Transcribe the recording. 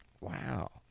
Wow